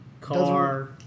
Car